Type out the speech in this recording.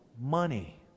money